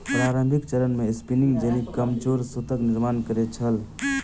प्रारंभिक चरण मे स्पिनिंग जेनी कमजोर सूतक निर्माण करै छल